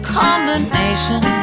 combination